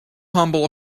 humble